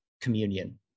communion